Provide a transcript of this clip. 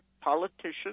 politicians